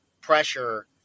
pressure